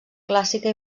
clàssica